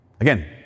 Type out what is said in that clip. Again